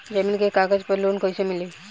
जमीन के कागज पर लोन कइसे मिली?